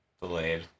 Delayed